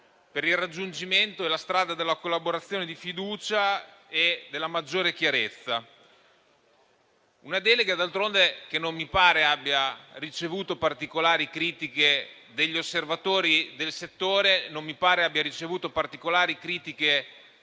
per il raggiungimento della strada della collaborazione, della fiducia e della maggiore chiarezza. Una delega del resto che non mi pare abbia ricevuto particolari critiche dagli osservatori del settore o dagli operatori, dai tributaristi e